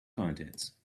contents